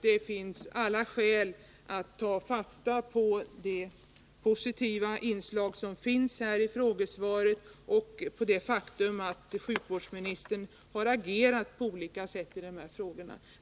Det finns alla skäl att ta fasta på de positiva inslag som finns i frågesvaret och på det faktum att sjukvårdministern har agerat på olika sätt i dessa frågor.